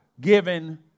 given